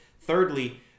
Thirdly